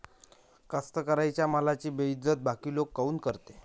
कास्तकाराइच्या मालाची बेइज्जती बाकी लोक काऊन करते?